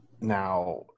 Now